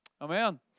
Amen